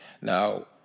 Now